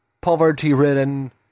Poverty-ridden